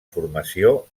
formació